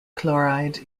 chloride